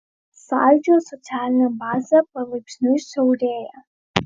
sąjūdžio socialinė bazė palaipsniui siaurėja